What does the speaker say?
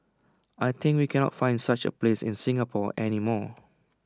I think we cannot find such A place in Singapore any more